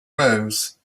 rose